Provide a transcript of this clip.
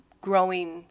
growing